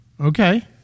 Okay